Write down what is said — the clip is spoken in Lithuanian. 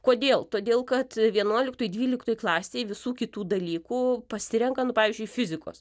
kodėl todėl kad vienuoliktoj dvyliktoj klasėje visų kitų dalykų pasirenka nu pavyzdžiui fizikos